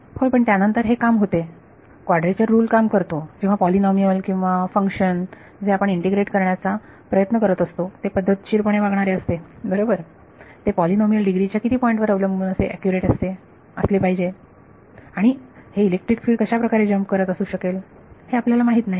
होय पण त्यानंतर हे काम होते क्वाड्रेचर रुल काम करतो जेव्हा पॉलीनॉमियल किंवा फंक्शन जे आपण इंटिग्रेट करण्याचा प्रयत्न करत असतो ते पद्धतशीरपणे वागणारे असते बरोबर ते पॉलीनॉमियल डिग्री च्या किती पॉईंट वर अवलंबून असे ऍक्युरेट असते असले पाहिजे आणि हे इलेक्ट्रिक फील्ड कशाप्रकारे जम्प करत असू शकेल हे आपल्याला माहित नाही